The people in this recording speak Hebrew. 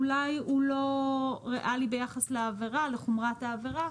אולי הוא לא ריאלי ביחס לחומרת העבירה,